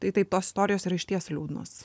tai taip tos istorijos yra išties liūdnos